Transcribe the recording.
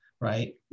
Right